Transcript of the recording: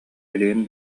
билигин